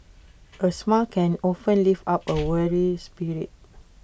A smile can often lift up A weary spirit